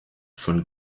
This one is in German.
von